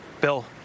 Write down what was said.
Bill